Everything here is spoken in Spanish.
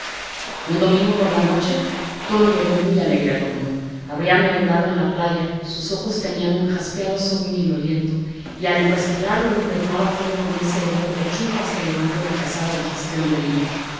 un domingo por la noche tono llegó muy alegre al horno había merendado en la playa sus ojos tenían un jaspeado sanguinolento y al respirar lo impregnaba todo de ese hedor de chufas que delata una pesada digestión de vino